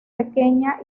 pequeña